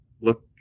look